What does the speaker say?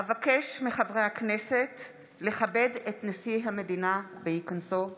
אבקש מחברי הכנסת לכבד את נשיא המדינה בהיכנסו בקימה.